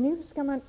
Nu vill man